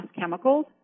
chemicals